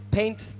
paint